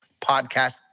Podcast